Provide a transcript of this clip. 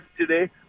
today